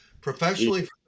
professionally